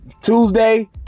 Tuesday